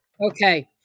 Okay